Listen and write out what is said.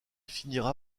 finira